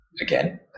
again